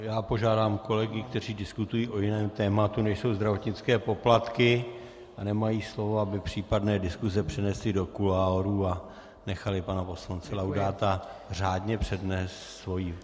Já požádám kolegy, kteří diskutují o jiném tématu, než jsou zdravotnické poplatky, a nemají slovo, aby případné diskuse přenesli do kuloárů a nechali pana poslance Laudáta řádně přednést svůj projev.